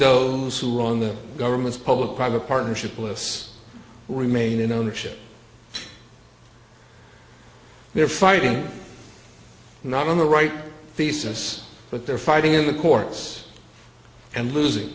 those who are on the government's public private partnership lists remain in ownership of their fighting not on the right thesis but they're fighting in the courts and losing